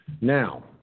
Now